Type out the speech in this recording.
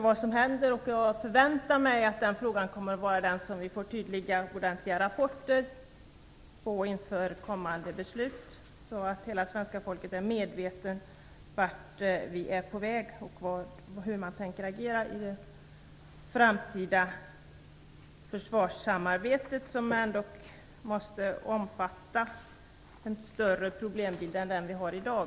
Jag förväntar mig att vi, när det gäller den frågan, kommer att få tydliga och ordentliga rapporter inför kommande beslut, så att hela svenska folket är medvetet om vart vi är på väg och hur man tänker agera i det framtida försvarssamarbetet. Det måste ändå omfatta en större problembild än vad det gör i dag.